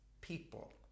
people